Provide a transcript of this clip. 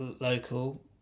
local